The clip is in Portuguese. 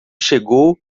chegou